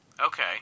okay